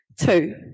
Two